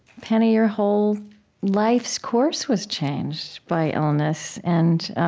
penny, your whole life's course was changed by illness. and,